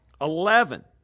Eleven